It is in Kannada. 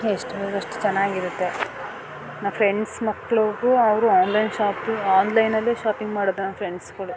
ಎಷ್ಟು ಬೇಕು ಅಷ್ಟು ಚೆನ್ನಾಗಿರುತ್ತೆ ನ ಫ್ರೆಂಡ್ಸ್ ಮಕ್ಳಿಗೂ ಅವ್ರು ಆನ್ಲೈನ್ ಶಾಪಿಂಗ್ ಆನ್ಲೈನಲ್ಲೆ ಶಾಪಿಂಗ್ ಮಾಡೋದು ನನ್ನ ಫ್ರೆಂಡ್ಸುಗಳು